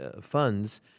funds